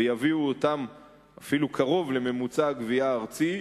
ויביאו אותן אפילו קרוב לממוצע הגבייה הארצי,